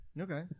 Okay